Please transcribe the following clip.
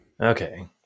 Okay